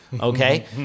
okay